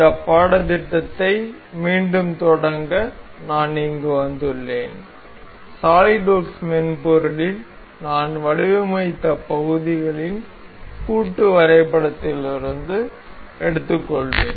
இந்த பாடத்திட்டத்தை மீண்டும் தொடங்க நான் இங்கு வந்துள்ளேன் சாலிட்வொர்க்ஸ் மென்பொருளில் நாம் வடிவமைத்த பகுதிகளின் கூட்டு வரைபடத்திலிருந்து எடுத்துக்கொள்வேன்